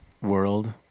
world